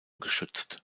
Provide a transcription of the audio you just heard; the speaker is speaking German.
geschützt